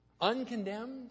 Uncondemned